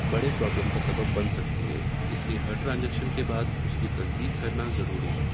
بڑے پرابلم کا سبب بن سکتی ہے اس لیے ہر ٹرانجیکشن کے بعد اس کی تصدیق کرنا ضروری ہے